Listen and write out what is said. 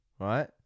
right